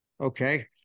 okay